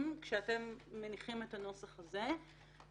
שכל אחד ממנה מומחה מטעמו,